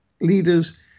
leaders